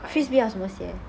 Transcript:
frisbee 要什么鞋